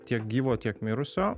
tiek gyvo tiek mirusio